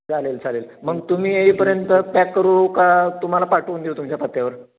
चालेल चालेल मग तुम्ही येईपर्यंत पॅक करू का तुम्हाला पाठवून देऊ तुमच्या पत्त्यावर